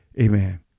Amen